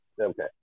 okay